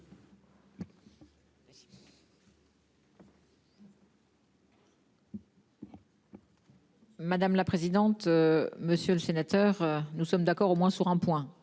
Madame la présidente. Monsieur le sénateur. Nous sommes d'accord au moins sur un point,